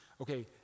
Okay